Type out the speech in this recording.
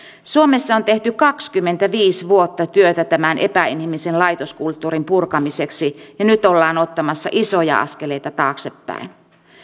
suomessa on tehty kaksikymmentäviisi vuotta työtä tämän epäinhimillisen laitoskulttuurin purkamiseksi ja nyt ollaan ottamassa isoja askeleita taaksepäin